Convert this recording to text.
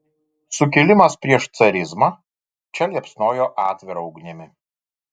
sukilimas prieš carizmą čia liepsnojo atvira ugnimi